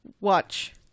watch